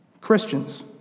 Christians